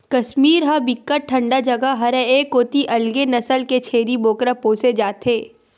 कस्मीर ह बिकट ठंडा जघा हरय ए कोती अलगे नसल के छेरी बोकरा पोसे जाथे